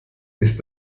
ist